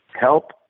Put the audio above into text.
help